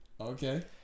Okay